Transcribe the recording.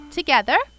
Together